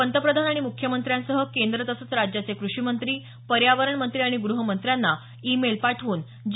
पंतप्रधान आणि मुख्यमंत्र्यांसह केंद्र तसंच राज्याचे क्रषीमंत्री पर्यावरण मंत्री आणि गृह मंत्र्यांना ई मेल पाठवून जी